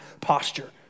posture